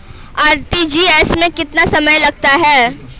RTGS में कितना समय लगता है?